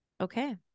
Okay